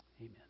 amen